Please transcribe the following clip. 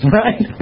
right